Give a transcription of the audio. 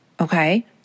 okay